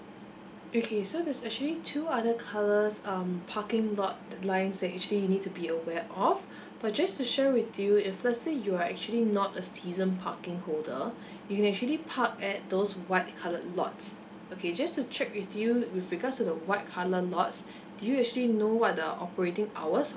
okay so there's actually two other colours um parking lot lines that actually need to be aware of but just to share with you if let's say you're actually not a season parking holder you can actually park at those white colored lots okay just to check with you with regards to the white colour lots do you actually know what the operating hours